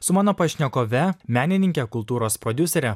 su mano pašnekove menininke kultūros prodiusere